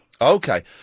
Okay